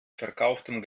verkauftem